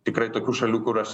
tikrai tokių šalių kur aš